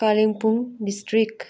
Kalimpong district